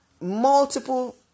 multiple